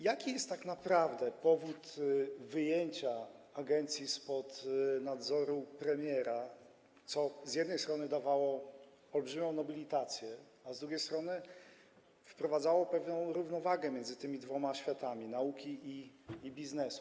Jaki jest tak naprawdę powód wyjęcia agencji spod nadzoru premiera, co z jednej strony dawało olbrzymią nobilitację, a z drugiej strony wprowadzało pewną równowagę między tymi dwoma światami, nauki i biznesu?